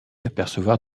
apercevoir